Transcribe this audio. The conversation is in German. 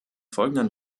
folgenden